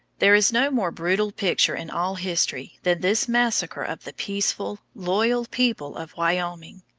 there is no more brutal picture in all history than this massacre of the peaceful, loyal people of wyoming.